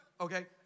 okay